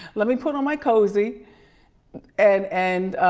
let me put on my cozy and, and